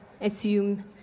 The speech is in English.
assume